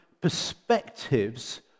perspectives